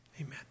Amen